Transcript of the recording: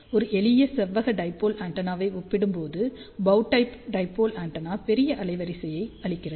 ஒரு எளிய செவ்வக டைபோல் ஆண்டெனாவை ஒப்பிடும்போது பௌ டை டைபோல் ஆண்டெனா பெரிய அலைவரிசையை அளிக்கிறது